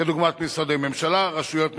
כדוגמת משרדי ממשלה, רשויות מקומיות,